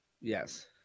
yes